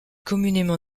communément